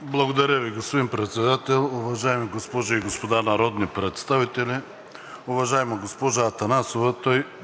Благодаря Ви, господин Председател. Уважаеми госпожи и господа народни представители! Уважаема госпожо Симеонова,